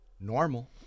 normal